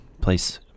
place